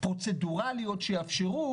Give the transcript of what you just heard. פרוצדוראליות שיאפשרו